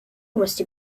rusty